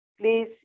Please